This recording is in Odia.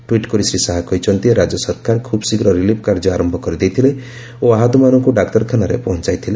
ଟ୍ୱିଟ୍ କରି ଶ୍ରୀ ଶାହା କହିଛନ୍ତି ରାଜ୍ୟ ସରକାର ଖୁବ୍ ଶୀଘ୍ର ରିଲିଫ୍ କାର୍ଯ୍ୟ ଆରମ୍ଭ କରିଦେଇଥିଲେ ଓ ଆହତମାନଙ୍କୁ ଡାକ୍ତରଖାନାରେ ପହଞ୍ଚାଇଥିଲେ